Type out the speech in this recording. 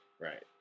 Right